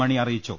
മണി അറിയിച്ചു